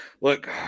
Look